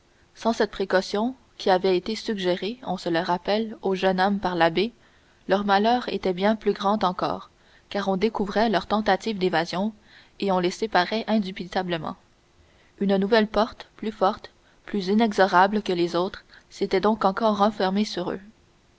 sans cette précaution qui avait été suggérée on se le rappelle au jeune homme par l'abbé leur malheur était bien plus grand encore car on découvrait leur tentative d'évasion et on les séparait indubitablement une nouvelle porte plus forte plus inexorable que les autres s'était donc encore refermée sur eux